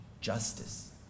justice